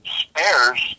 spares